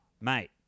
mate